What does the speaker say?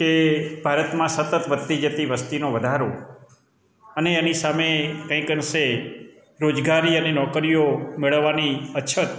કે ભારતમાં સતત વધતી જતી વસ્તીનો વધારો અને એની સામે કંઈક અંશે રોજગારી અને નોકરીઓ મેળવવાની અછત